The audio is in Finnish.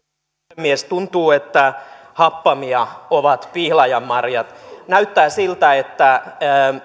puhemies tuntuu että happamia ovat pihlajanmarjat näyttää siltä että